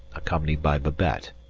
accompanied by babette,